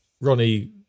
Ronnie